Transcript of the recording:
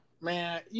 man